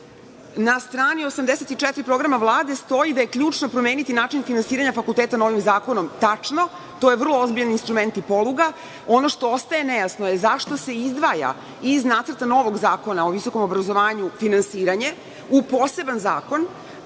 strani 84. programa stoji da je ključno promeniti način finansiranja fakulteta novim zakona tačno. To je vrlo ozbiljan instrument i poluga. Ono što ostaje nejasno je zašto se izdvaja iz Nacrta novog zakona o visokom obrazovanju finansiranje u poseban zakon,